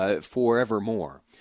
forevermore